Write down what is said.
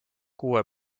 kuue